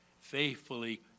faithfully